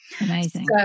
Amazing